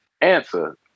answer